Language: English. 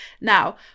Now